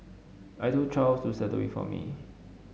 I told Charles to settle it for me